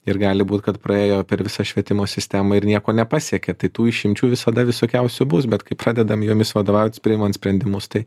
ir gali būt kad praėjo per visą švietimo sistemą ir nieko nepasiekė tai tų išimčių visada visokiausių bus bet kai pradedam jomis vadovautis priimant sprendimus tai